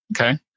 Okay